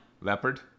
Leopard